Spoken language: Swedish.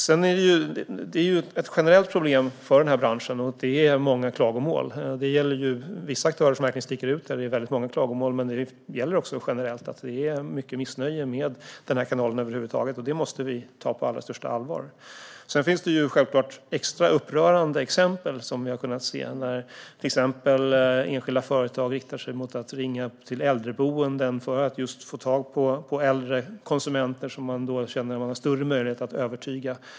Det här är ett generellt problem för den här branschen, och det är många klagomål. Vissa aktörer sticker verkligen ut och får väldigt många klagomål. Men det är mycket missnöje med den här kanalen över huvud taget, och det måste vi ta på allra största allvar. Sedan finns det självklart extra upprörande exempel, som vi har kunnat se, på enskilda företag som inriktar sig på att ringa till äldreboenden för att få tag i äldre konsumenter som man känner att man har större möjlighet att övertyga.